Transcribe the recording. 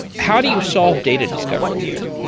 how do you solve data discovery here?